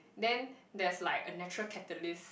then there's like a natural catalyst